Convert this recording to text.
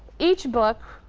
each book,